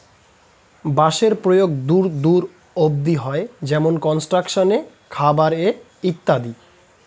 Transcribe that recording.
বাঁশের প্রয়োগ দূর দূর অব্দি হয়, যেমন কনস্ট্রাকশন এ, খাবার এ ইত্যাদি